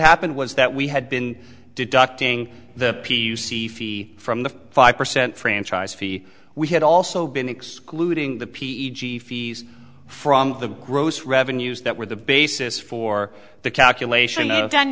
happened was that we had been deducting the p u c fee from the five percent franchise fee we had also been excluding the p e g fees from the gross revenues that were the basis for the calculation